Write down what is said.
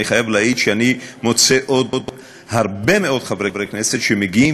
אני חייב להעיד שאני מוצא עוד הרבה מאוד חברי הכנסת שמגיעים